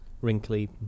wrinkly